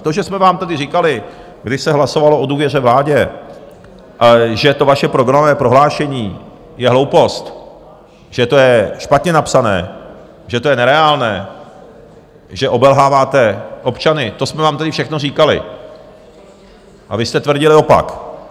To, že jsme vám říkali, když se hlasovalo o důvěře vládě, že vaše programové prohlášení je hloupost, že to je špatně napsané, že to je nereálné, že obelháváte občany to jsme vám tedy všechno říkali a vy jste tvrdili opak.